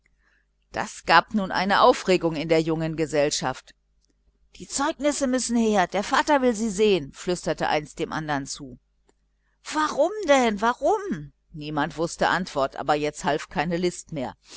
das gab nun eine aufregung in der jungen gesellschaft die zeugnisse müssen her der vater will sie sehen flüsterte eines dem andern zu warum denn warum niemand wußte antwort aber jetzt half keine list mehr